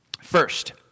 First